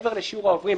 מעבר לשיעור העוברים,